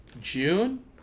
June